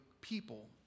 people